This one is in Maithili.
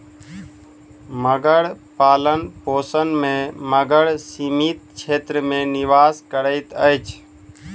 मगर पालनपोषण में मगर सीमित क्षेत्र में निवास करैत अछि